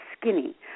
skinny